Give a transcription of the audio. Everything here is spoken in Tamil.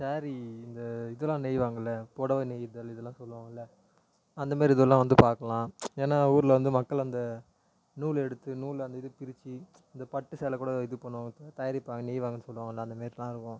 ஸாரி இந்த இதெல்லாம் நெய்வாங்கள்ல புடவ நெய்தல் இதெல்லாம் சொல்லுவாங்கள்ல அந்தமாரி இதெல்லாம் வந்து பார்க்கலாம் ஏன்னா ஊரில் வந்து மக்கள் அந்த நூல் எடுத்து நூலை அந்த இது பிரிச்சு இந்த பட்டு சேலை கூட இது பண்ணுவாங்க தயாரிப்பாங்க நெய்வாங்கன்னு சொல்லுவாங்கள்ல அந்தமாரிலாம் இருக்கும்